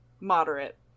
moderate